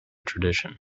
tradition